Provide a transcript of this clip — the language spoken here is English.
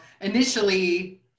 initially